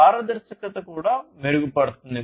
పారదర్శకత కూడా మెరుగుపడుతుంది